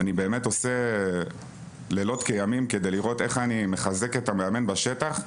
אני באמת עושה לילות כימים כדי לראות איך אני מחזק את המאמן בשטח.